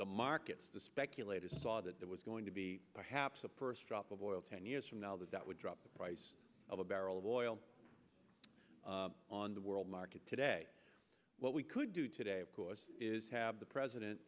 the markets the speculators saw that there was going to be perhaps a purse drop of oil ten years from now that that would drop the price of a barrel of oil on the world market today what we could do today of course is have the president